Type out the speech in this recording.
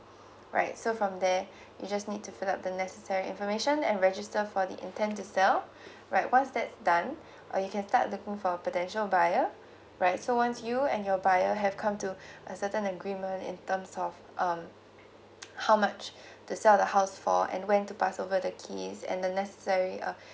right so from there you just need to fill up the necessary information and register for the intent to sell right once that's done uh you can start looking for potential buyer right so once you and your buyer have come to a certain agreement in terms of um how much to sell the house for and when to pass over the keys and the necessary uh